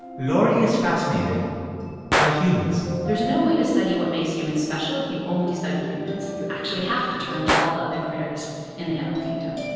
laurie is fascinated by humans there's no way to study what makes humans special if you only study humans. you actually have to turn to all the other critters in the animal kingdom.